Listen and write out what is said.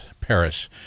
Paris